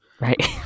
Right